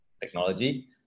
technology